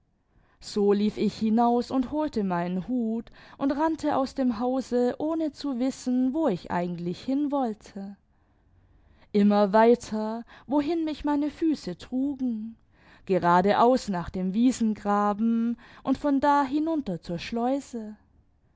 so lief ich hinaus und holte meinen hut und rannte aus dem hause ohne zu wissen wo ich eigentlich hin wollte inmier weiter wohin mich meine füße trugen geradeaus nach dem wiesengraben und von da hinunter ziur schleuse